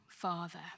Father